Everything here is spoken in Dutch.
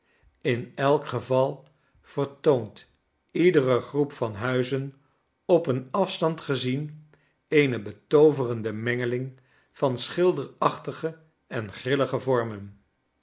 in elk geval vertoont iedere groep van huizen op een afstand gezien eene betooverende mengeling van schilderachtige en grillige vormen